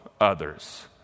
others